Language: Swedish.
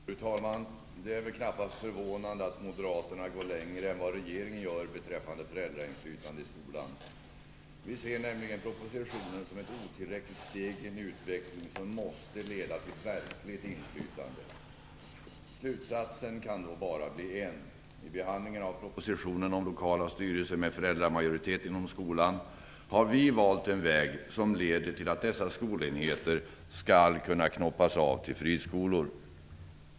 Fru talman! Det är väl knappast förvånande att moderaterna går längre än vad regeringen gör beträffande föräldrainflytande i skolan. Vi ser nämligen propositionen som ett otillräckligt steg i en utveckling som måste leda till verkligt inflytande. Slutsatsen kan då bara bli en. I behandlingen av propositionen Lokala styrelser med föräldramajoritet inom skolan har vi valt en väg som leder till att dessa skolenheter skall kunna knoppas av till friskolor.